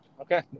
Okay